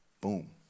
Boom